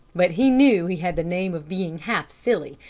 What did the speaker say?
but he knew he had the name of being half silly,